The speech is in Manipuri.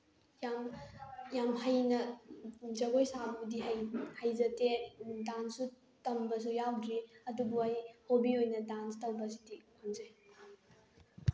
ꯌꯥꯝ ꯌꯥꯝ ꯍꯩꯅ ꯖꯒꯣꯏ ꯁꯥꯕꯗꯤ ꯍꯩꯖꯗꯦ ꯗꯥꯟꯁꯁꯨ ꯇꯝꯕꯁꯨ ꯌꯥꯎꯗ꯭ꯔꯤ ꯑꯗꯨꯕꯨ ꯑꯩ ꯍꯣꯕꯤ ꯑꯣꯏꯅ ꯗꯥꯟꯁ ꯇꯧꯕꯁꯤꯗꯤ ꯄꯥꯝꯖꯩ